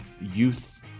youth